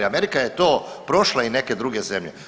Amerika je to prošla i neke druge zemlje.